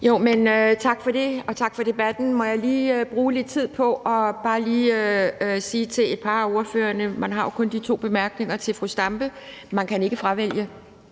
(DF): Tak for det, og tak for debatten. Må jeg bruge lidt tid på bare lige at sige noget til et par af ordførerne? Man har jo kun de to bemærkninger. Til fru Zenia Stampe vil